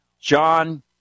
John